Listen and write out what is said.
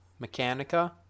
Mechanica